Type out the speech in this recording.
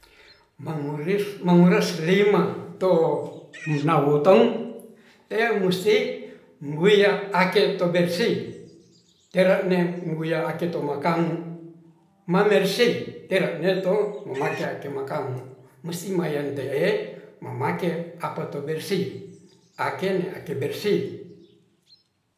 Mangurus manguras lima to munawotong teu mussi buiya ake to bersih tere ne muguya ake to makam mambersih tera me to maka ake makamu musti mayan te'e mamake apato bersih akene ake bersih